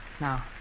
Now